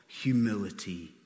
humility